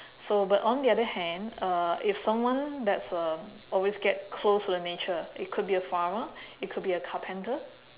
so but on the other hand uh if someone that's uh always get close to the nature it could be a farmer it could be a carpenter